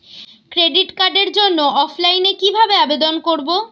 Credit কার্ডের জন্য অফলাইনে কিভাবে আবেদন করব?